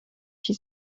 she